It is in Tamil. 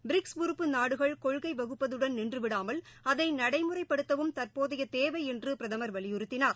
பிரிக்ஸ் உறுப்பு நாடுகள் கொள்கைவகுப்பதுடன் நின்றுவிடாமல் அதைநடைமுறைப்படுத்துவதும் தற்போதையதேவைஎன்றுபிரதமர் வலியுறுத்தினார்